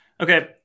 okay